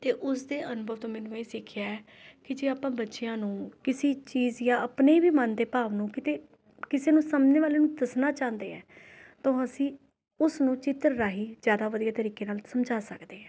ਅਤੇ ਉਸਦੇ ਅਨੁਭਵ ਤੋਂ ਮੈਨੂੰ ਇਹ ਸਿੱਖਿਆ ਕਿ ਜੇ ਆਪਾਂ ਬੱਚਿਆਂ ਨੂੰ ਕਿਸੇ ਚੀਜ਼ ਜਾਂ ਆਪਣੇ ਵੀ ਮਨ ਦੇ ਭਾਵ ਨੂੰ ਕਿਤੇ ਕਿਸੇ ਨੂੰ ਸਮਝਣ ਵਾਲੇ ਨੂੰ ਦੱਸਣਾ ਚਾਹੁੰਦੇ ਏ ਤਾਂ ਅਸੀਂ ਉਸਨੂੰ ਚਿੱਤਰ ਰਾਹੀਂ ਜ਼ਿਆਦਾ ਵਧੀਆ ਤਰੀਕੇ ਨਾਲ ਸਮਝਾ ਸਕਦੇ ਹਾਂ